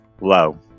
Low